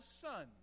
son